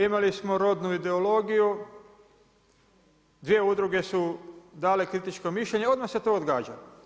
Imali smo rodnu ideologiju, dvije udruge su dale kritičko mišljenje, odmah se to odgađa.